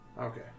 Okay